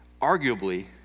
arguably